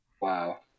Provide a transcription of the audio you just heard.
Wow